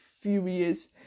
furious